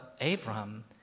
Abraham